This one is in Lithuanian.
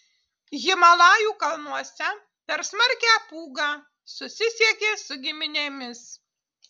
himalajų kalnuose per smarkią pūgą susisiekė su giminėmis